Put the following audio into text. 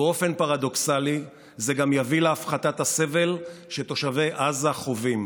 באופן פרדוקסלי זה גם יביא להפחתת הסבל שתושבי עזה חווים,